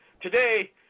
Today